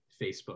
Facebook